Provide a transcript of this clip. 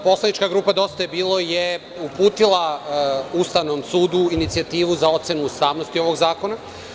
Poslanička grupa Dosta je bilo je uputila Ustavnom sudu inicijativu za ocenu ustavnosti ovog zakona.